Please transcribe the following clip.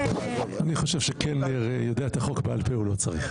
אני חושב שמי שיודע את החוק בעל פה, הוא לא צריך.